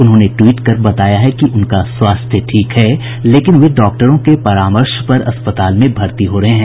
उन्होंने ट्वीट कर बताया है कि उनका स्वास्थ्य ठीक है लेकिन वे डॉक्टरों के परामर्श पर अस्पताल में भर्ती हो रहे हैं